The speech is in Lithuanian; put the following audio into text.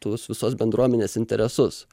tuos visos bendruomenės interesus